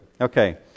Okay